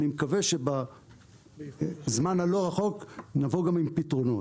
אני מקווה שבזמן הלא רחוק נבוא גם עם פתרונות.